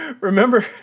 Remember